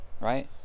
Right